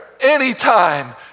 anytime